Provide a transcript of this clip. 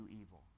evil